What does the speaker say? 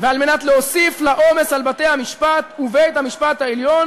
ועל מנת להוסיף לעומס על בתי-המשפט ובית-המשפט העליון,